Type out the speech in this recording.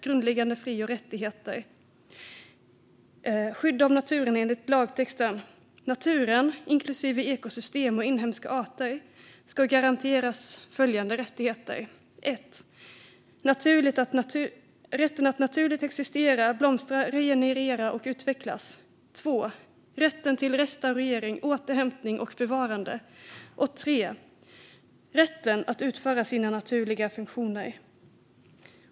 Grundläggande fri och rättigheter med en ny paragraf, Skydd av naturen, med denna text: Naturen, inklusive ekosystem och inhemska arter, ska garanteras följande rättigheter: rätten att naturligt existera, blomstra, regenerera och utvecklas, rätten till restaurering, återhämtning och bevarande, och rätten att utföra sina naturliga funktioner.